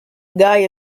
guy